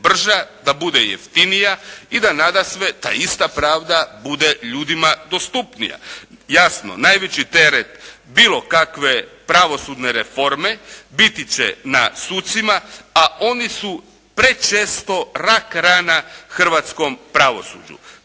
da bude jeftinija i da nadasve ta ista pravda bude ljudima dostupnija. Jasno najveći teret bilo kakve pravosudne reforme biti će na sucima, a oni su prečesto rak rana hrvatskom pravosuđu,